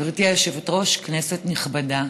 גברתי היושבת-ראש, כנסת נכבדה,